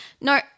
No